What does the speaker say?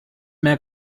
mehr